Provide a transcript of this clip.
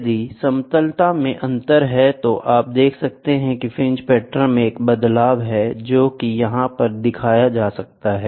यदि समतलता में अंतर है तो आप देख सकते हैं कि फ्रिंज पैटर्न में एक बदलाव है जो की यहां किया जाता है